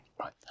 Right